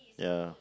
ya